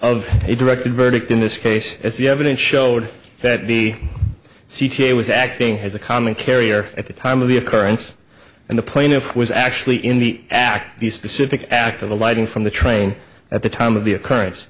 a directed verdict in this case as the evidence showed that the c t a was acting as a common carrier at the time of the occurrence and the plaintiff was actually in the act the specific act of alighting from the train at the time of the occurrence